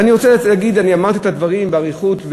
ואני רוצה להגיד, אני אמרתי את הדברים באריכות.